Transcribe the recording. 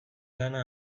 lana